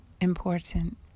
important